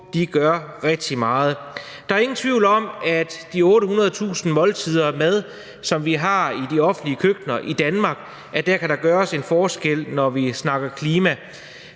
få gør rigtig meget. Der er ingen tvivl om, at med de 800.000 måltider mad, som vi har i de offentlige køkkener i Danmark, kan der gøres en forskel, når vi snakker klima.